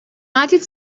united